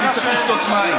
כי אני צריך לשתות מים.